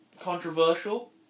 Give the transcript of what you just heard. Controversial